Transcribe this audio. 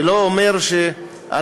זה לא אומר שאנחנו